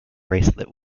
bracelet